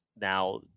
Now